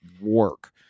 work